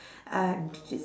uh just